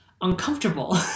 uncomfortable